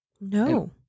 No